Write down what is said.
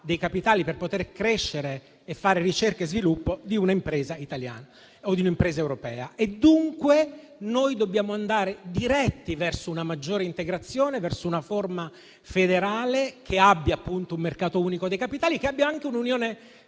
ai capitali per poter crescere e fare ricerca e sviluppo di una impresa italiana o di un'impresa europea e dunque noi dobbiamo andare diretti verso una maggiore integrazione, verso una forma federale che abbia appunto un mercato unico dei capitali e che abbia anche un'unione bancaria.